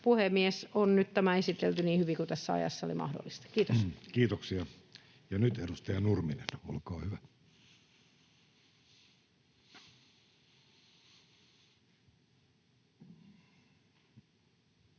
puhemies, on nyt tämä esitelty niin hyvin kuin tässä ajassa oli mahdollista. — Kiitos. Kiitoksia. — Ja nyt edustaja Nurminen, olkaa hyvä. Arvoisa